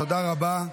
תודה רבה.